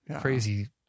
Crazy